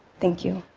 thank you.